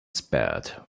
spared